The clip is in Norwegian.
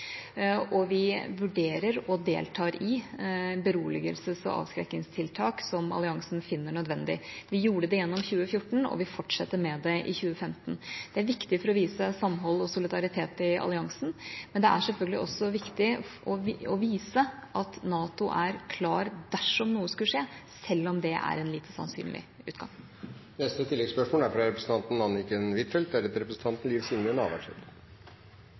og vi vurderer – og deltar i – beroligelses- og avskrekkingstiltak som alliansen finner nødvendig. Vi gjorde det gjennom 2014, og vi fortsetter med det i 2015. Det er viktig for å vise samhold og solidaritet i alliansen, men det er selvfølgelig også viktig å vise at NATO er klar dersom noe skulle skje, selv om det er en lite sannsynlig utgang.